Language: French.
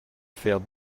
faire